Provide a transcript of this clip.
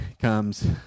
comes